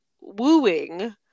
wooing